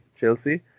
Chelsea